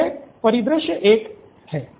तो वह परिदृश्य एक हैं